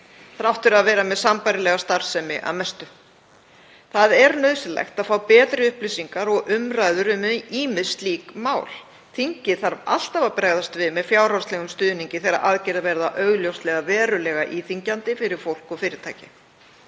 þrátt fyrir að vera með sambærilega starfsemi að mestu. Það er nauðsynlegt að fá betri upplýsingar og umræður um ýmis slík mál. Þingið þarf alltaf að bregðast við með fjárhagslegum stuðningi þegar aðgerðir verða augljóslega verulega íþyngjandi fyrir fólk og fyrirtæki.